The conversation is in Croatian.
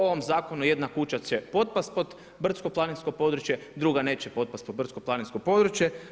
Po ovom zakonu jedna kuća će potpasti pod brdsko-planinsko područje, druga neće potpasti pod brdsko-planinsko područje.